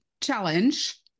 challenge